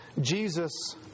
Jesus